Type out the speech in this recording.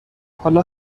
حالا